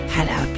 Hello